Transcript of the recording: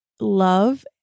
love